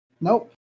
Nope